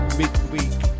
midweek